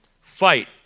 Fight